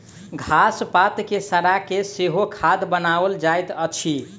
घास पात के सड़ा के सेहो खाद बनाओल जाइत अछि